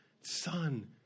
son